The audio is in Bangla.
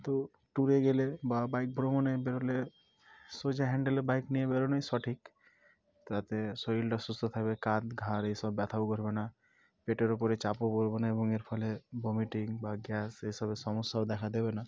তো ট্যুরে গেলে বা বাইক ভ্রমণে বেরোলে সোজা হ্যান্ডেলের বাইক নিয়ে বেরোনোই সঠিক তাতে শরীরটা সুস্থ থাকবে কাঁধ ঘাড় এসব ব্যথাও করবে না পেটের উপরে চাপও পড়বে না এবং এর ফলে ভমিটিং বা গ্যাস এসবের সমস্যাও দেখা দেবে না